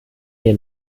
mir